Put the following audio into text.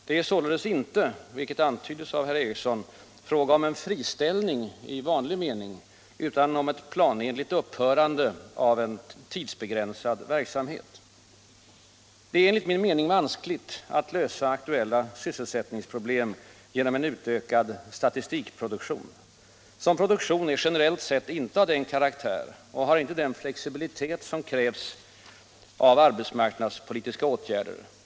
Det är således inte —- vilket antydes av herr Ericson — fråga om en friställning i vanlig mening utan om ett planenligt upphörande av en tidsbegränsad verksamhet. Det är enligt min mening vanskligt att lösa aktuella sysselsättningsproblem genom en utökad statistikproduktion. Sådan produktion är generellt sett inte av den karaktär och har inte den flexibilitet som krävs av arbetsmarknadspolitiska åtgärder.